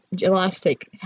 elastic